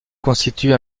constitue